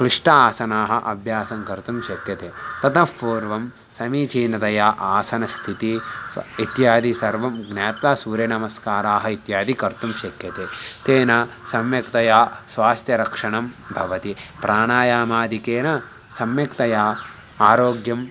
क्लिष्ट आसनानि अभ्यासं कर्तुं शक्यते ततः पूर्वं समीचीनतया आसनस्थिति इत्यादि सर्वं ज्ञात्वा सूर्यनमस्काराः इत्यादि कर्तुं शक्यते तेन सम्यक्तया स्वास्थ्यरक्षणं भवति प्राणायामादिकेन सम्यक्तया आरोग्यं